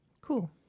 Cool